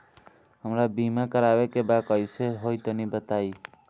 हमरा बीमा करावे के बा कइसे होई तनि बताईं?